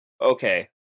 Okay